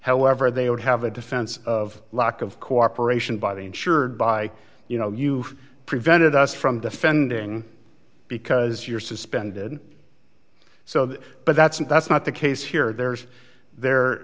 however they would have a defense of lack of cooperation by the insured by you know you prevented us from defending because you're suspended so but that's and that's not the case here there's there